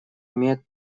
имеет